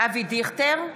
אבי דיכטר,